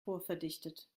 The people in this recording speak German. vorverdichtet